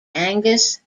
angus